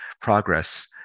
progress